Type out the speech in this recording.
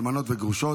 אלמנות וגרושות),